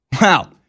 Wow